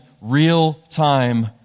real-time